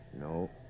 No